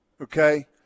Okay